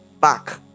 back